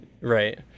Right